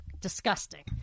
Disgusting